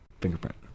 fingerprint